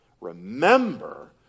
remember